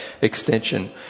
extension